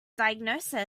diagnosis